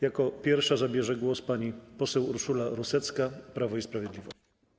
Jako pierwsza zabierze głos pani poseł Urszula Rusecka, Prawo i Sprawiedliwość.